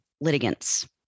litigants